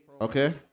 Okay